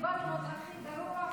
קיבלנו את הכי גרוע,